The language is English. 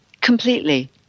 Completely